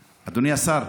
השר,